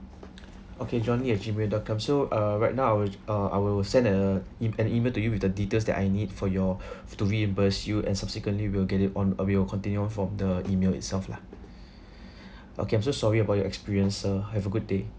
okay johnny at gmail dot com so uh right now I'll uh I will send a em~ an email to you with the details that I need for your to reimburse you and subsequently you will get it on uh we'll continue from the email itself lah okay I'm so sorry about your experience sir have a good day